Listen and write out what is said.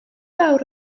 fawr